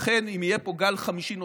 לכן, אם יהיה פה גל חמישי נוסף,